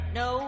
no